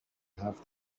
have